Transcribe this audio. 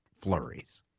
flurries